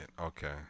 Okay